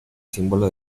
símbolo